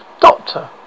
Doctor